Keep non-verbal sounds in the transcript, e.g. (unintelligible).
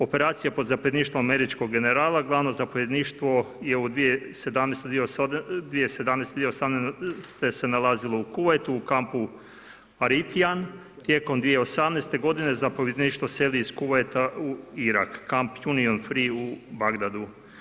Operacija pod zapovjedništvom Američkog generala, glavno zapovjedništvo je u 2017. 2018. se nalazilo u Kuvajtu u kampu … (unintelligible) tijekom 2018. godine zapovjedništvo seli iz Kuvajta u Irak, kamp … (unintelligible) u Bagdadu.